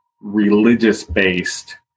religious-based